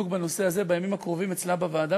בנושא הזה בימים הקרובים אצלה בוועדה,